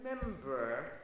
remember